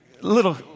Little